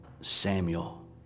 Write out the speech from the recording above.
Samuel